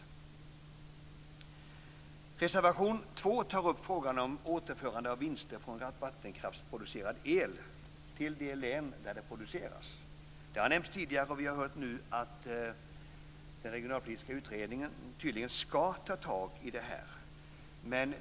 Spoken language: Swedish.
I reservation 2 tar vi upp frågan om återförande av vinster från vattenkraftsproducerad el till de län där den produceras. Det har nämnts tidigare, och vi har nu hört att Regionalpolitiska utredningen tydligen ska ta tag i det här.